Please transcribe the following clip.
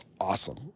awesome